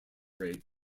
rate